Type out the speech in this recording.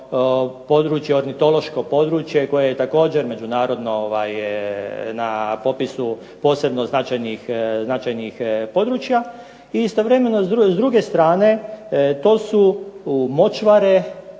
ornitološko područje koje je također međunarodno na popisu posebno značajnih područja. I istovremeno s druge strane, to su močvare